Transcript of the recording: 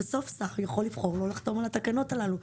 בסוף שר יכול לבחור לא לחתום על התקנות הללו.